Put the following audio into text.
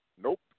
Nope